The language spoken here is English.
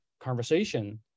conversation